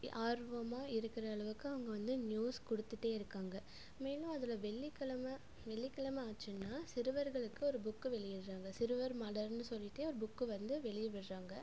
ஆர்வமாக இருக்கிற அளவுக்கு அவங்க வந்து நியூஸ் கொடுத்துட்டே இருக்காங்க மெயினாக அதில் வெள்ளிக்கிழமை வெள்ளிக்கிழமை ஆச்சுன்னா சிறுவர்களுக்கு ஒரு புக்கு வெளியிடுறாங்க சிறுவர் மடல்ன்னு சொல்லிவிட்டே ஒரு புக்கு வந்து வெளிய விடுறாங்க